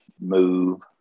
move